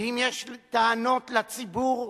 אם יש טענות לציבור,